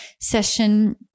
session